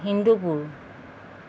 Hindupur